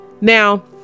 Now